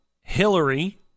Hillary